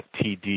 TD